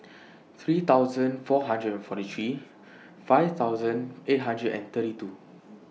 three thousand four hundred and forty three five thousand eight hundred and thirty two